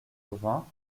vingts